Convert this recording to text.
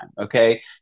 okay